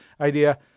idea